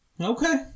Okay